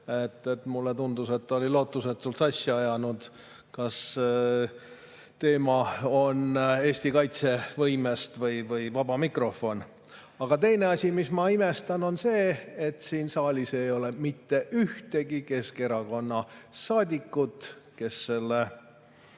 Mulle tundus, et ta oli lootusetult sassi ajanud, kas teema on "Eesti kaitsevõimest" või on vaba mikrofon. Aga teine asi, mida ma imestan, on see, et siin saalis ei ole mitte ühtegi Keskerakonna saadikut, kes